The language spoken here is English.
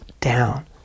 down